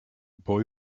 boy